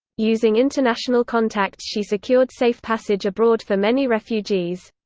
using international contacts she secured safe passage abroad for many refugees.